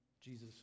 Jesus